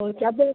ഓ അത്